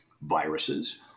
viruses